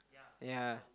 ya